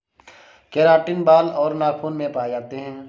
keratin बाल और नाखून में पाए जाते हैं